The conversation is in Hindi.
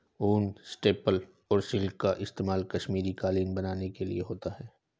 ऊन, स्टेपल और सिल्क का इस्तेमाल कश्मीरी कालीन बनाने के लिए होता है